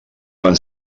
vam